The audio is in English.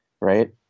Right